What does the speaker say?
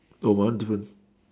oh my one different